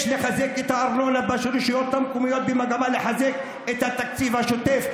יש לחזק את הארנונה ברשויות המקומיות במגמה לחזק את התקציב השוטף,